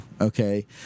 okay